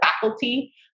faculty